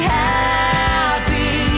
happy